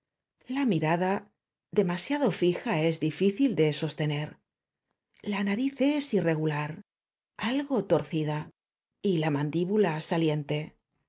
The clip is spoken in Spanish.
la mirada demasiado fija es difícil de sostener la nariz es irregular algo torcida y la